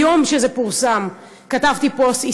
ביום שזה פורסם כתבתי פוסט,